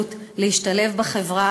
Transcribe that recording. מוגבלות להשתלב בה,